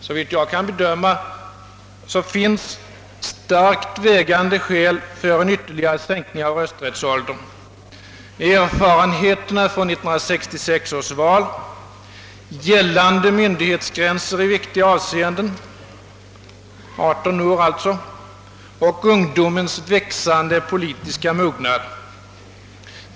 Såvitt jag kan bedöma finns starkt vägande skäl för en ytterligare sänkning av rösträttsåldern: erfarenheterna från 1966 års val, gällande myndighetsgränser i viktiga avseenden och ungdomens växande politiska mognad.